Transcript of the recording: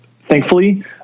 thankfully